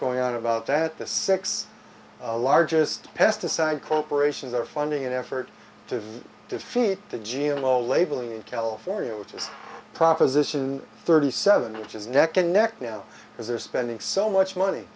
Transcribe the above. going on about that the six largest pesticide corporations are funding an effort to defeat the gilo label in california which is proposition thirty seven which is neck and neck now because they're spending so much money